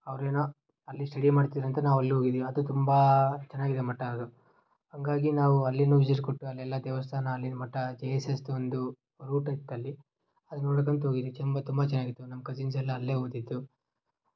ಅವ್ರು ಏನೋ ಅಲ್ಲಿ ಸ್ಟಡಿ ಮಾಡ್ತಿದ್ದರಂತ ನಾವು ಅಲ್ಲಿ ಹೋಗಿದೀವಿ ಅದು ತುಂಬ ಚೆನ್ನಾಗಿದೆ ಮಠ ಅದು ಹಾಗಾಗಿ ನಾವು ಅಲ್ಲಿಯೂ ವಿಝಿಟ್ ಕೊಟ್ಟು ಅಲ್ಲೆಲ್ಲ ದೇವಸ್ಥಾನ ಅಲ್ಲಿನ ಮಠ ಜೆ ಎಸ್ ಎಸ್ ದೊಂದು ರೂಟ್ ಇತ್ತಲ್ಲಿ ಅದು ನೋಡ್ಕೋತ್ ಹೋಗಿದ್ವಿ ಚೆಂಬ ತುಂಬ ಚೆನ್ನಾಗಿತ್ತು ನಮ್ಮ ಕಝಿನ್ಸ್ ಎಲ್ಲ ಅಲ್ಲಿಯೇ ಓದಿದ್ದು